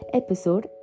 episode